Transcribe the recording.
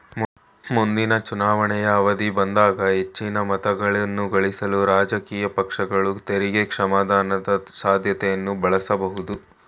ಮುಂದಿನ ಚುನಾವಣೆಯ ಅವಧಿ ಬಂದಾಗ ಹೆಚ್ಚಿನ ಮತಗಳನ್ನಗಳಿಸಲು ರಾಜಕೀಯ ಪಕ್ಷಗಳು ತೆರಿಗೆ ಕ್ಷಮಾದಾನದ ಸಾಧ್ಯತೆಯನ್ನ ಬಳಸಬಹುದು